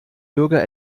bürger